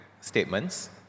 statements